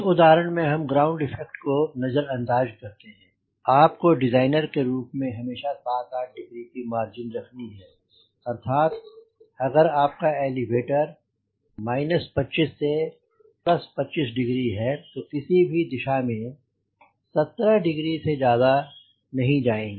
इस उदाहरण में हम ग्राउंड इफ़ेक्ट को नजरअंदाज करते हैं आपको डिज़ाइनर के रूप में हमेशा 7 8 डिग्री मार्जिन रखनी ही है अर्थात अगर आपका एलीवेटर माइनस 25 से प्लस 25 डिग्री है तो किसी भी दिशा में 17 डिग्री से ज्यादा नहीं जाएँ